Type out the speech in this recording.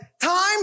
time